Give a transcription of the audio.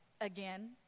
again